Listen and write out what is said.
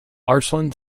arslan